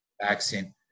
vaccine